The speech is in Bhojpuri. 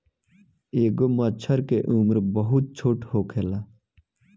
एगो मछर के उम्र बहुत छोट होखेला